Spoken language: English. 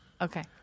Okay